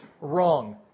wrong